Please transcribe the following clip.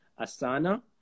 Asana